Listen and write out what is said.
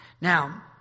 Now